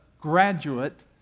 graduate